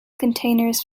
containers